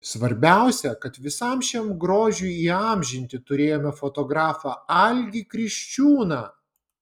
svarbiausia kad visam šiam grožiui įamžinti turėjome fotografą algį kriščiūną